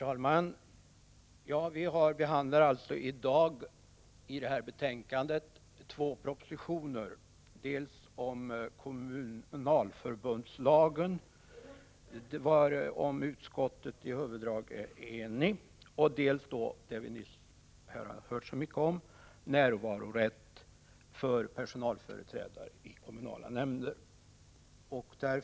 Herr talman! I det betänkande som vi diskuterar i dag behandlas två propositioner. Den ena gäller ny kommunalförbundslag, om vars huvuddrag utskottet är enigt. Den andra gäller närvarorätt för personalföreträdare i kommunala nämnder, om vilken vi nu har hört så mycket.